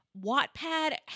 Wattpad